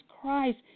Christ